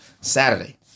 Saturday